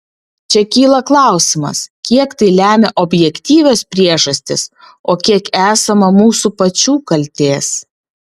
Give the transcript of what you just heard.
čia kyla klausimas kiek tai lemia objektyvios priežastys o kiek esama mūsų pačių kaltės